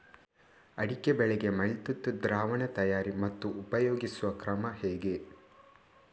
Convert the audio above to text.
ಅಡಿಕೆ ಬೆಳೆಗೆ ಮೈಲುತುತ್ತು ದ್ರಾವಣ ತಯಾರಿ ಮತ್ತು ಉಪಯೋಗಿಸುವ ಕ್ರಮ ಹೇಗೆ?